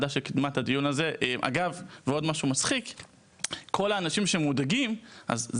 ואגב אשמח לשאול לגבי כל האנשים שמודאגים מהרפורמה,